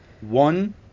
One